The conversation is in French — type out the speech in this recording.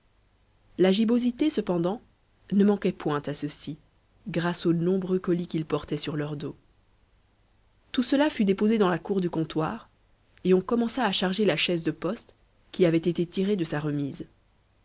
la gibbosité cependant ne manquait point à ceux-ci grâce aux nombreux colis qu'ils portaient sur leur dos tout cela fut déposé dans la cour du comptoir et on commença à charger la chaise de poste qui avait été tirée de sa remise